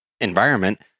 environment